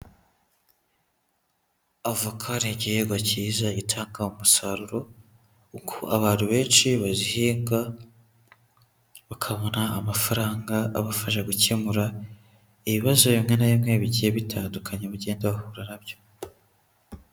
Avoka ni igihingwa cyiza gitanga umusaruro, uko abantu benshi bazihinga, bakabona amafaranga abafasha gukemura ibibazo bimwe na bimwe bigiye bitandukanye bagenda bahura na byo.